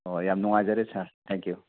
ꯑꯣ ꯌꯥꯝ ꯅꯨꯡꯉꯥꯏꯖꯔꯦ ꯁꯥꯔ ꯊꯦꯡ ꯀ꯭ꯌꯨ